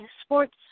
sports